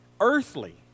Earthly